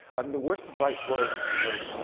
um the worst advice was, you know,